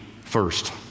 first